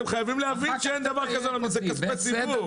אתם חייבים להבין שאין דבר כזה, כי זה כספי ציבור.